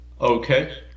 Okay